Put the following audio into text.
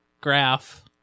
graph